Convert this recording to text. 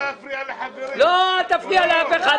תודה.